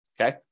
okay